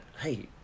hey